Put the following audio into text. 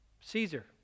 Caesar